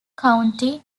county